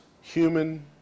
human